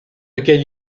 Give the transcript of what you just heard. lequel